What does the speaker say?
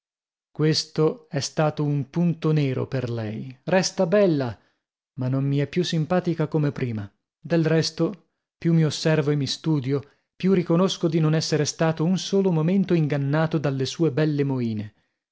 questo è stato un punto nero per lei resta bella ma non mi è più simpatica come prima del resto più mi osservo e mi studio più riconosco di non essere stato un solo momento ingannato dalle sue belle moine